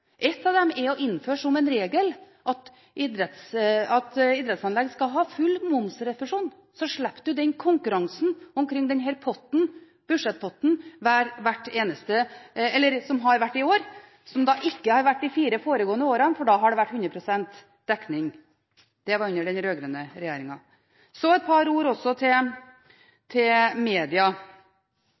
av dem er å innføre som en regel at idrettsanlegg skal ha full momsrefusjon, så slipper man den konkurransen om denne budsjettpotten som har vært i år, og som ikke var de fire foregående årene, for da var det 100 pst. dekning. Det var under den rød-grønne regjeringen. Så et par ord også om media: